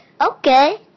Okay